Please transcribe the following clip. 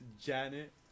Janet